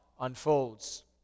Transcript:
unfolds